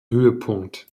höhepunkt